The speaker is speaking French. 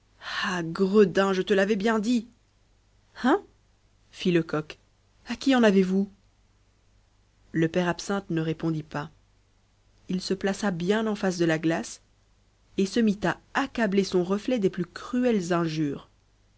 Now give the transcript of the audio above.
ah gredin je te l'avais bien dit hein fit lecoq à qui en avez-vous le père absinthe ne répondit pas il se plaça bien en face de la glace et se mit à accabler son reflet des plus cruelles injures